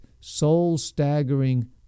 soul-staggering